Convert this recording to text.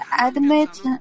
admit